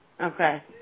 Okay